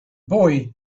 boy